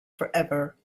forever